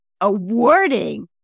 awarding